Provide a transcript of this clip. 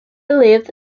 lived